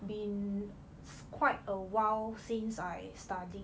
been quite awhile since I studied